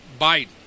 Biden